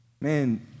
Man